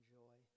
joy